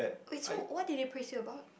Hui Chu what did they praise you about